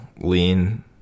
lean